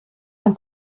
ein